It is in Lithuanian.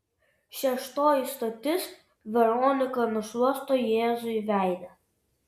šeštoji stotis veronika nušluosto jėzui veidą